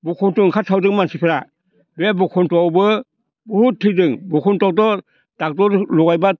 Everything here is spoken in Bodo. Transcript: बखनथ' ओंखारस्रावदों मानसिफ्रा बे बखनथ' आवबो बहुद थैदों बखनथ'आवथ' ड'क्टर लगायब्ला